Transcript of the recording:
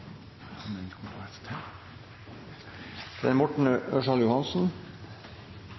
Men det er